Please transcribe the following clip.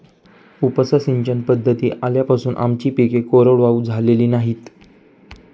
उपसा सिंचन पद्धती आल्यापासून आमची पिके कोरडवाहू झालेली नाहीत